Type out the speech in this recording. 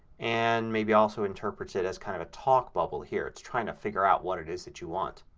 and maybe also interprets it as kind of a talk bubble here. it's trying to figure out what it is that you want.